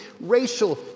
racial